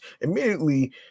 immediately